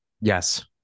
Yes